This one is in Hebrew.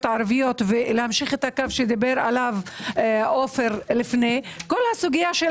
הערביות ולהמשיך את הקו עליו דיבר עופר לפני כן כל הסוגייה של